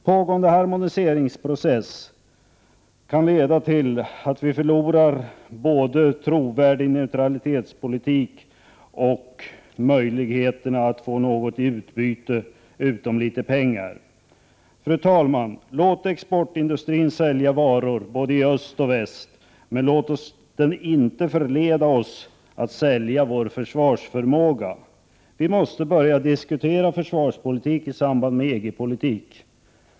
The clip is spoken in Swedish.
Pågående harmoniseringsprocess kan leda till att vi förlorar både trovärdig neutralitetspolitik och möjligheterna att få något i utbyte utom litet pengar. Fru talman! Låt exportindustrin sälja varor både i öst och i väst, men låt den inte förleda oss att sälja vår försvarsförmåga. Vi måste börja diskutera försvarspolitik i samband med EG-politik.